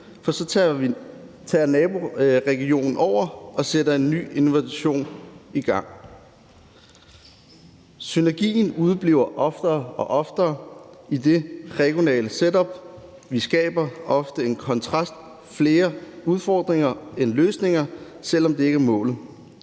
for så tager naboregionen over og sætter en ny innovation i gang. Synergien udebliver oftere og oftere i det regionale setup. Vi skaber ofte en kontrast med flere udfordringer end løsninger, selv om det ikke er målet.